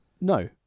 no